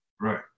Right